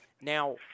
Now